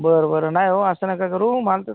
बरं बरं नाही हो असं नका करू माल तर चां